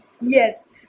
yes